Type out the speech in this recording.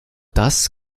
das